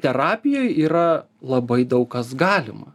terapijoj yra labai daug kas galima